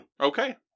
Okay